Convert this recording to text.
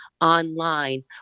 online